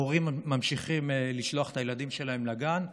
הורים ממשיכים לשלוח את הילדים שלהם לגן,